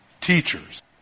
Teachers